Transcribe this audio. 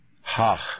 Ha